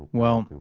well,